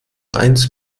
eins